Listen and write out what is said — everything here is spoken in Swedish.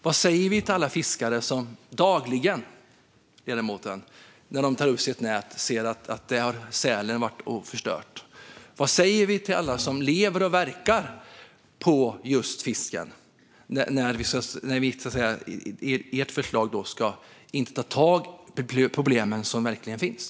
Vad säger vi till alla fiskare som dagligen, ledamoten, när de tar upp sitt nät ser att sälen har varit och förstört det? Vad säger vi till alla som lever och verkar på just fisken när man med ert förslag inte tar tag i de problem som verkligen finns?